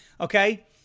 Okay